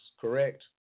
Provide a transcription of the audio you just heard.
correct